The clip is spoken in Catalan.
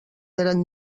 eren